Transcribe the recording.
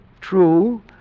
True